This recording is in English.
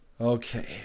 Okay